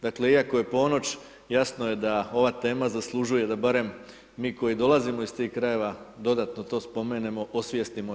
Dakle, iako je ponoć, jasno je da ova tema zaslužuje da barem mi koji dolazimo iz tih krajeva dodatno to spomenemo, osvijestimo i ostalima.